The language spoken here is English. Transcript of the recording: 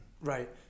Right